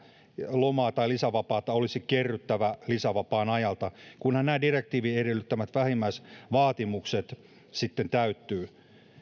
tai lisävapaata olisi kerryttävä lisävapaan ajalta kunhan nämä direktiivin edellyttämät vähimmäisvaatimukset täyttyvät